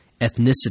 ethnicity